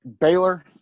Baylor